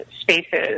spaces